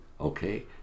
Okay